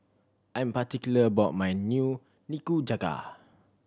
I'm particular about my Nikujaga